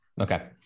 Okay